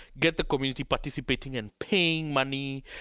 get the community participating in paying money,